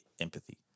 empathy